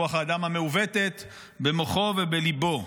רוח האדם המעוותת במוחו ובליבו.